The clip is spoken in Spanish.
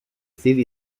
cid